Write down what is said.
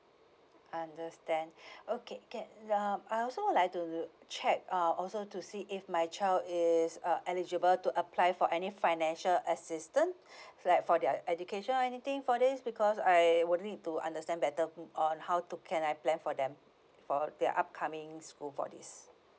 understand okay can um I also like to check uh also to see if my child is uh eligible to apply for any financial assistance like for their education or anything for this because I would need to understand better on how to can I plan for them for their upcoming school for this